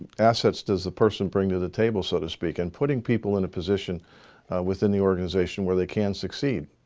assets does the person bring to the table so to speak and putting people in a position within the organization where they can succeed